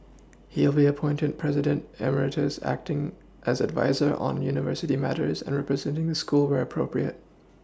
he will be appointed president EMeritus acting as adviser on university matters and representing the school where appropriate